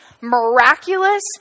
miraculous